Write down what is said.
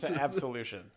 absolution